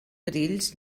grills